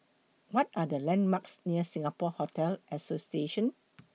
What Are The landmarks near Singapore Hotel Association